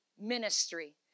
ministry